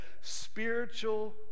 spiritual